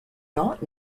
not